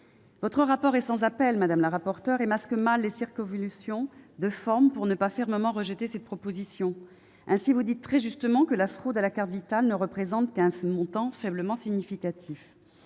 Votre rapport est sans appel, madame la rapporteure, ce que masquent mal les circonvolutions de forme auxquelles vous vous livrez pour ne pas fermement rejeter cette proposition. Ainsi, vous écrivez très justement que « la fraude à la carte Vitale ne représente qu'un montant faiblement significatif